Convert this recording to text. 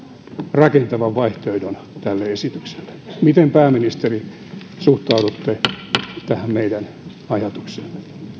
rakentavan vaihtoehdon tälle esitykselle miten pääministeri suhtaudutte tähän meidän ajatukseemme